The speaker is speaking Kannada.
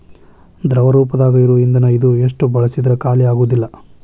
ದ್ರವ ರೂಪದಾಗ ಇರು ಇಂದನ ಇದು ಎಷ್ಟ ಬಳಸಿದ್ರು ಖಾಲಿಆಗುದಿಲ್ಲಾ